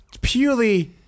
Purely